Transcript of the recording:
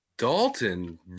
Dalton